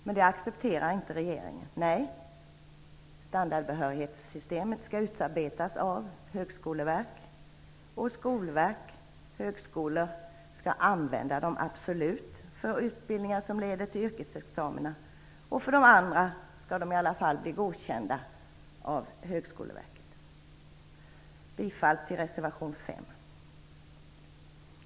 Men detta accepterar inte regeringen. Standardbehörighetssystemet skall utarbetas av högskoleverk och skolverk. Högskolor absolut skall använda dem för sådana utbildningar som leder till yrkesexamen, och de andra skall i alla fall bli godkända av Högskoleverket. Jag yrkar bifall till reservation 5.